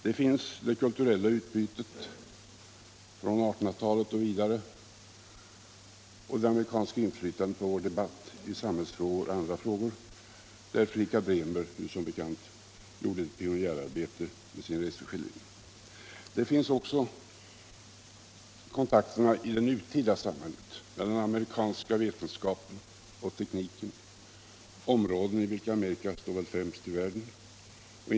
Det finns det kulturella utbytet från 1800-talet och vidare det amerikanska inflytandet på vår debatt i samhällsfrågor och andra frågor, där Fredrika Bremer som bekant gjorde ett pionjärarbete med sin reseskildring. Det finns också kontakterna i det nutida amerikanska samhället, bl.a. med den amerikanska vetenskapen och tekniken på områden där Amerika står främst i världen.